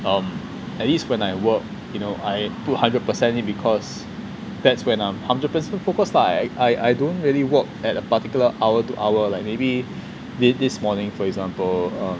um at least when I work you know I put hundred percent in because that's when I'm hundred percent focus lah I I don't really work at a particular hour to hour like maybe like thi~ this morning for example err